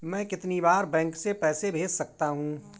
मैं कितनी बार बैंक से पैसे भेज सकता हूँ?